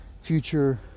future